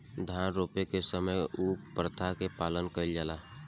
धान रोपे के समय कउन प्रथा की पालन कइल जाला?